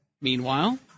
Meanwhile